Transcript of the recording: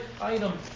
item